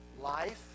life